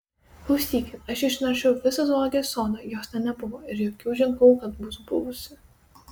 klausykit aš išnaršiau visą zoologijos sodą jos ten nebuvo ir jokių ženklų kad būtų buvusi